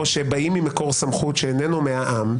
או שבאים ממקור סמכות שאיננו מהעם,